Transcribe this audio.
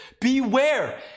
beware